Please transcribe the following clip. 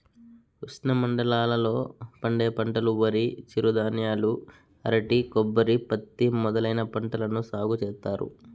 ఉష్ణమండలాల లో పండే పంటలువరి, చిరుధాన్యాలు, అరటి, కొబ్బరి, పత్తి మొదలైన పంటలను సాగు చేత్తారు